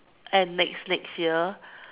and next next year